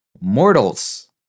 Mortals